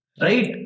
Right